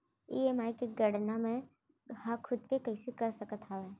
EMI के गड़ना मैं हा खुद से कइसे कर सकत हव?